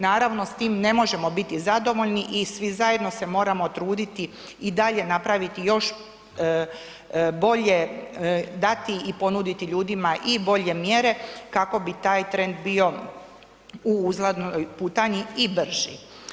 Naravno, s tim ne možemo biti zadovoljni i svi zajedno se moramo truditi i dalje napraviti još bolje, dati i ponuditi ljudima i bolje mjere kako bi taj trend bio u uzlaznoj putanji i brži.